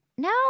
No